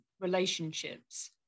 relationships